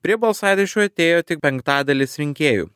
prie balsadėžių atėjo tik penktadalis rinkėjų